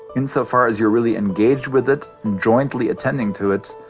insofar as you're really engaged with it, jointly attending to it,